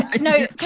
No